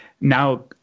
now